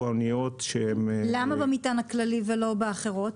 אניות ש --- למה במטען הכללי ולא באחרות?